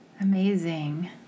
amazing